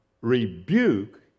rebuke